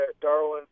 Darwin